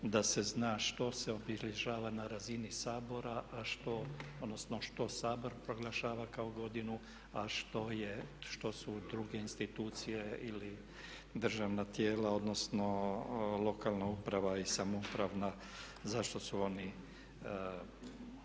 da se zna što se obilježava na razini Sabora a što, odnosno što Sabor proglašava kao godinu a što su druge institucije ili državna tijela odnosno lokalna uprava i samouprava, zašto su oni